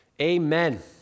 Amen